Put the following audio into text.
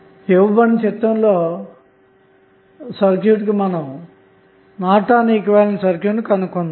చిత్రంలో ఇవ్వబడిన సర్క్యూట్ కు మనం నార్టన్ ఈక్వివలెంట్ సర్క్యూట్ ను కనుగొందాము